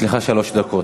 יש לך שלוש דקות.